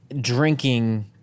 drinking